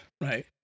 right